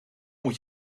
moet